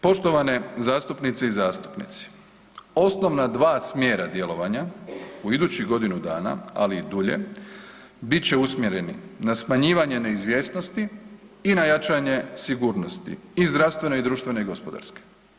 Poštovane zastupnice i zastupnici, osnovna dva smjera djelovanja u idućih godinu dana, ali i dulje bit će usmjereni na smanjivanje neizvjesnosti i na jačanje sigurnosti i zdravstvene, i društvene i gospodarske.